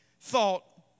Thought